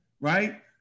right